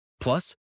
Plus